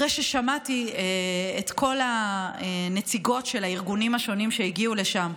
אחרי ששמעתי את כל הנציגות של הארגונים השונים שהגיעו לשם,